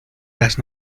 las